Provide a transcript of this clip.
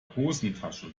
hosentasche